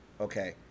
okay